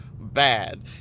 bad